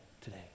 today